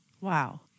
Wow